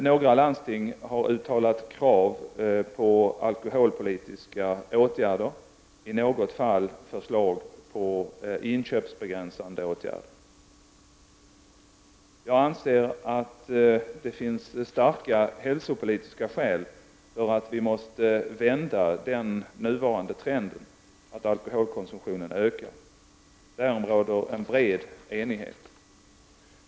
Några landsting har uttalat krav på alkoholpolitiska åtgärder, i något fall har det gällt förslag om inköpsbegränsande åtgärder. Jag anser att det finns starka hälsopolitiska skäl som talar för att vi måste vända den nuvarande trenden att alkoholkonsumtionen ökar. Därom råder en bred enighet.